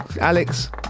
Alex